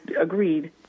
agreed